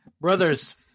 Brothers